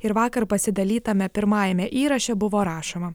ir vakar pasidalytame pirmajame įraše buvo rašoma